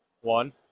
One